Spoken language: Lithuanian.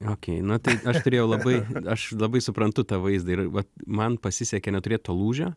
okei na tai aš turėjau labai aš labai suprantu tą vaizdą ir vat man pasisekė neturėt to lūžio